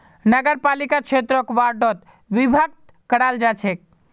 नगरपालिका क्षेत्रक वार्डोत विभक्त कराल जा छेक